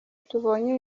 tubonye